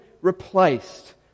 replaced